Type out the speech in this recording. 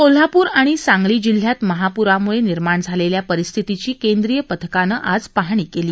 कोल्हापूर आणि सांगली जिल्ह्यात महाप्रामुळे निर्माण झालेल्या परिस्थितीची केंद्रीय पथकानं आज पाहणी केली